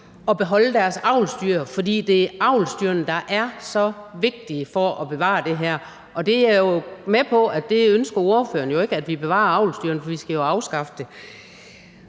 og beholde deres avlsdyr, for det er avlsdyrene, der er så vigtige for at bevare det her. Jeg er med på, at ordføreren ikke ønsker, at vi bevarer avlsdyrene – for vi skal jo afskaffe det.